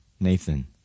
Nathan